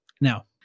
Now